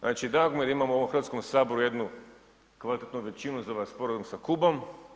Znači drago mi je da imamo u ovom Hrvatskom saboru jednu kvalitetnu većinu za ovaj sporazum sa Kubom.